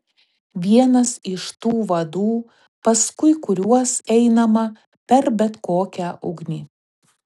vienas iš tų vadų paskui kuriuos einama per bet kokią ugnį